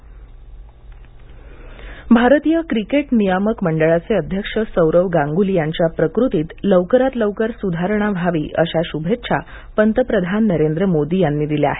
गांग्ली प्रकृती भारतीय क्रिकेट नियामक मंडळाचे अध्यक्ष सौरव गांगुली यांच्या प्रकृतीत लवकरात लवकर स्धारणा व्हावी अशा श्भेच्छा पंतप्रधान नरेंद्र मोदी यांनी दिल्या आहेत